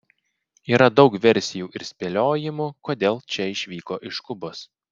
yra daug versijų ir spėliojimų kodėl če išvyko iš kubos